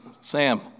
Sam